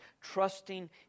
Trusting